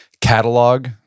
catalog